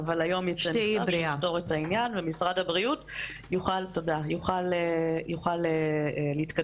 -- אבל היום יצא מכתב שיפתור את העניין ומשרד הבריאות יוכל להתקדם,